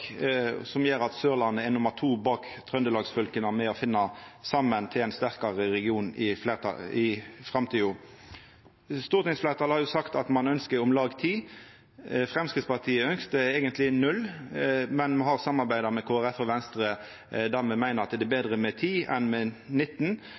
som gjer at Sørlandet er nummer to bak Trøndelags-fylka med å finna saman til ein sterkare region i framtida. Stortingsfleirtalet har jo sagt at ein ønskjer om lag ti – Framstegspartiet ønskte eigentleg null, men me har samarbeidd med Kristeleg Folkeparti og Venstre, og me meiner at det er